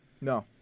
No